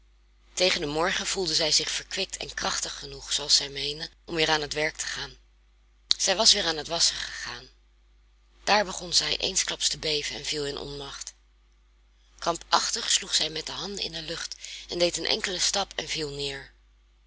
tegen den morgen voelde zij zich verkwikt en krachtig genoeg zooals zij meende om weer aan haar werk te gaan zij was weer aan het wasschen gegaan daar begon zij eensklaps te beven en viel in onmacht krampachtig sloeg zij met de handen in de lucht deed een enkelen stap en viel neer